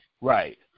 Right